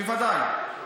בוודאי.